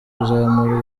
kuzamura